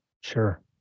Sure